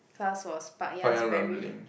class was fucki~ yes very